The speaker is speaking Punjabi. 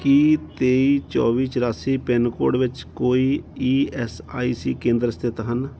ਕੀ ਤੇਈ ਚੌਵੀ ਚਰਾਸੀ ਪਿੰਨਕੋਡ ਵਿੱਚ ਕੋਈ ਈ ਐੱਸ ਆਈ ਸੀ ਕੇਂਦਰ ਸਥਿਤ ਹਨ